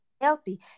Healthy